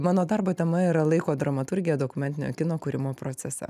mano darbo tema yra laiko dramaturgija dokumentinio kino kūrimo procese